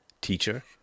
teacher